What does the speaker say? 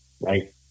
right